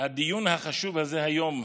הדיון החשוב הזה היום,